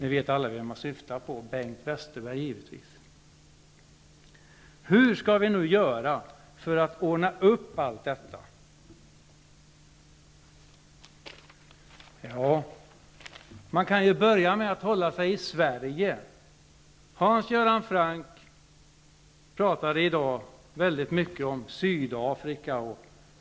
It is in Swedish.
Ni vet alla vem jag syftar på -- Bengt Westerberg givetvis. Man kan ju börja med att hålla sig i Sverige. Hans Göran Franck talade i dag väldigt mycket om Sydafrika.